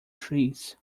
trees